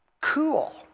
cool